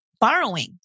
borrowing